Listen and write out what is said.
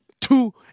two